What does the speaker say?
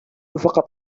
فقط